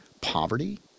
poverty